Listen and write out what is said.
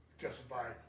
justified